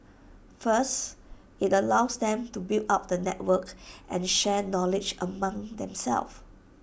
first IT allows them to build up the network and share knowledge among them self